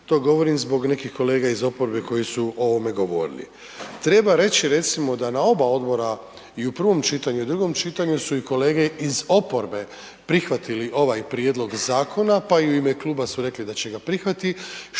to govorim zbog nekih kolega iz oporbe koji su o ovome govorili. Treba reći recimo da na oba odbora i u prvom čitanju i u drugom čitanju su i kolege iz oporbe prihvatili ovaj prijedlog zakona, pa i u ime kluba su rekli da će ga prihvatiti,